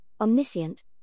omniscient